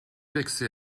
vexé